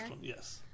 yes